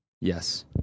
Yes